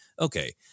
Okay